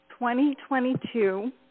2022